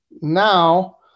now